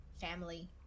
family